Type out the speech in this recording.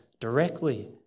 directly